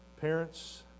parents